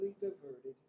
diverted